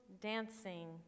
dancing